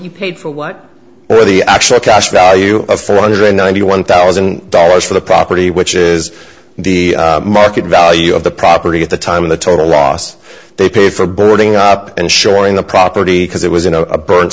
you paid for what the actual cash value of four hundred ninety one thousand dollars for the property which is the market value of the property at the time of the total loss they paid for boarding up and showing the property because it was